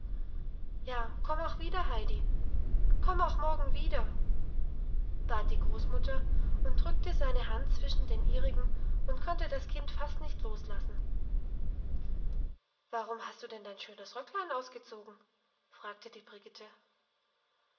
ja komm auch wieder heidi komm auch morgen wieder bat die großmutter und drückte seine hand zwischen den ihrigen und konnte das kind fast nicht loslassen warum hast du denn dein schönes röcklein ausgezogen fragte die brigitte